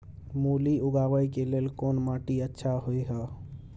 मूली उगाबै के लेल कोन माटी अच्छा होय है?